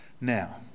Now